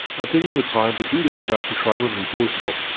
i'm taking the time to do this step to try and remove most of them.